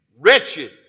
Wretched